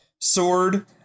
sword